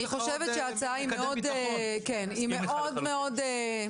אני חושבת שההצעה מאוד מאוד פשרנית,